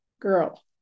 girl